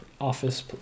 office